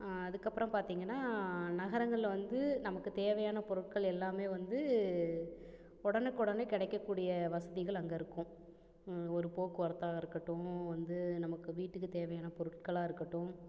அதுக்கப்புறம் பார்த்தீங்கனா நகரங்களில் வந்து நமக்கு தேவையான பொருட்கள் எல்லாமே வந்து உடனுக்குடனே கிடைக்கக்கூடிய வசதிகள் அங்கே இருக்கும் ஒரு போக்குவரத்தாக இருக்கட்டும் வந்து நமக்கு வீட்டுக்குத் தேவையான பொருட்களாக இருக்கட்டும்